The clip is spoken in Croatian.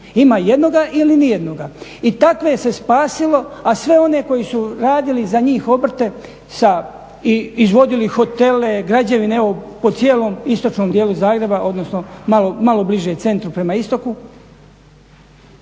ima jednog ili nijednoga i takve se spasilo, a sve one koji su radili za njih obrte i izvodili hotele, građevine, evo po cijelom istočnom dijelu Zagreba odnosno malo bliže centru prema istoku,